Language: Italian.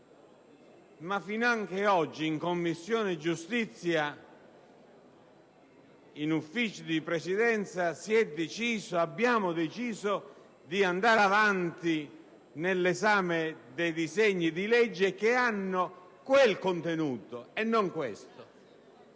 ma finanche oggi, in Commissione giustizia, in Ufficio di Presidenza, si è deciso di andare avanti nell'esame dei disegni di legge aventi quel contenuto e non quello